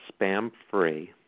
spam-free